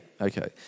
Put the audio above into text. Okay